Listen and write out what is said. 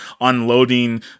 unloading